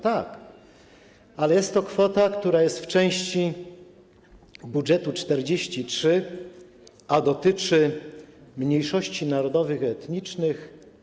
Tak, ale jest to kwota, która jest w części budżetu 43, a dotyczy mniejszości narodowych i etnicznych.